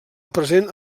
present